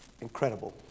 incredible